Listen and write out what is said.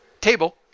table